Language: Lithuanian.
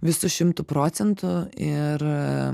visu šimtu procentų ir